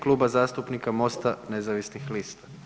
Kluba zastupnika Mosta nezavisnih lista.